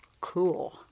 cool